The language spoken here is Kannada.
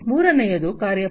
ಮೂರನೆಯದು ಕಾರ್ಯಪಡೆ